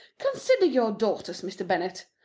consider your daughters, mr. bennet!